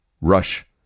rush